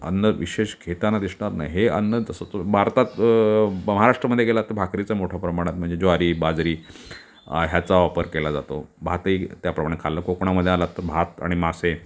अन्न विशेष घेताना दिसणार नाही हे अन्न तसं तर भारतात महाराष्ट्रामध्ये गेलात तर भाकरीचं मोठ्या प्रमाणात म्हणजे ज्वारी बाजरी ह्याचा वापर केला जातो भातही त्या प्रमाणे खाल्ला कोकणामध्ये आलात तर भात आणि मासे